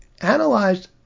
analyzed